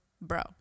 Bro